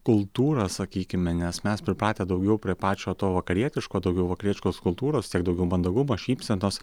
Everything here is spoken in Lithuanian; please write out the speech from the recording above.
kultūra sakykime nes mes pripratę daugiau prie pačio to vakarietiško daugiau vakarietiškos kultūros tiek daugiau mandagumo šypsenos